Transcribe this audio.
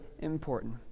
important